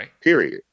period